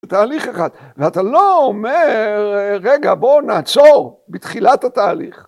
תהליך אחד, ואתה לא אומר, רגע בוא נעצור בתחילת התהליך.